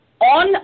on